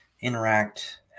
interact